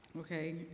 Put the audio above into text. okay